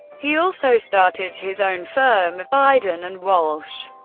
he also started his own firm, biden and walsh.